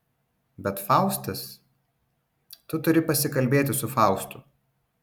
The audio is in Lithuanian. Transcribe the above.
bet faustas tu turi pasikalbėti su faustu